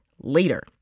later